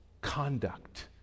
conduct